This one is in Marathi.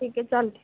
ठीक आहे चालते